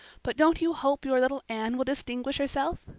but don't you hope your little anne will distinguish herself?